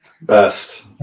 Best